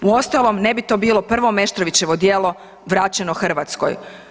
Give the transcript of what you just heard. Uostalom, ne bi to bilo prvo Meštrovićevo djelo vraćeno Hrvatskoj.